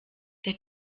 der